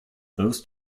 those